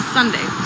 Sunday